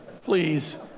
Please